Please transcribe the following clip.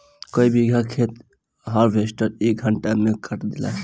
कई बिगहा खेत हार्वेस्टर एके घंटा में काट देला